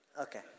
Okay